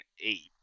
eight